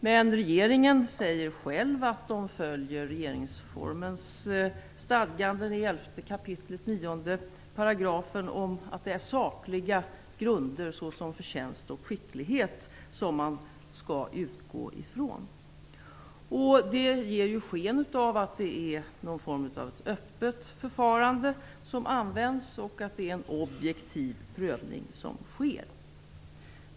Men regeringen säger själv att den följer regeringsformens stadganden i 11 kap. 9 § som säger att det är sakliga grunder såsom förtjänst och skicklighet man skall utgå ifrån. Det ger sken av att det är någon form av öppet förfarande som används och att det är en objektiv prövning som sker.